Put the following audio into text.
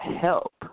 help